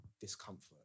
discomfort